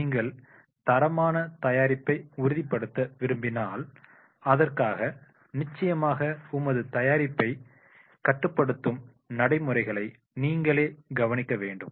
நீங்கள் தரமான தயாரிப்பை உறுதிப்படுத்த விரும்பினால் அதற்காக நிச்சயமாக உமது தயாரிப்பை கட்டுப்படுத்தும் நடைமுறைகளை நீங்களே கவனிக்க வேண்டும்